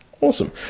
awesome